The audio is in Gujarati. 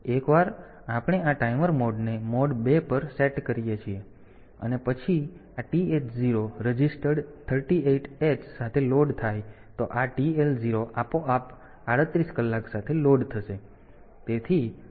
તેથી એકવાર આપણે આ ટાઈમર મોડને મોડ 2 પર સેટ કરી લઈએ અને પછી આ TH 0 રજીસ્ટર્ડ 38 h સાથે લોડ થાય તો આ TL 0 આપોઆપ 38 કલાક સાથે લોડ થશે